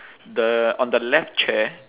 the on the left chair